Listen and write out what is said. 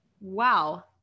wow